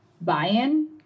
buy-in